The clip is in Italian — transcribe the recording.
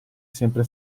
sempre